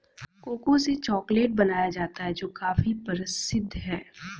cocoa से chocolate बनाया जाता है जो काफी प्रसिद्ध है